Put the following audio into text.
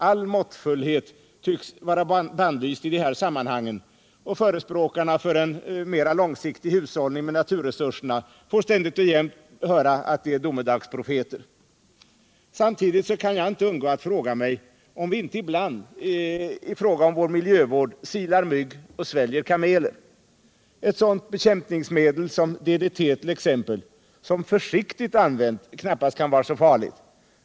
All måttfullhet tycks vara bannlyst i de här sammanhangen, och förespråkarna för en mera långsiktig hushållning med naturresurserna får ständigt och jämt höra att de är domedagsprofeter. Samtidigt kan jag inte låta bli att fråga mig, om vi inte ibland när det gäller vår miljövård silar mygg och sväljer kameler. Ett sådant bekämpningsmedel som t.ex. DDT, som försiktigt använt knappast kan vara så farligt, totalförbjuds.